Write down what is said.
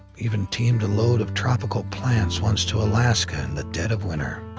even teamed a load of tropical plants once to alaska in the dead of winter.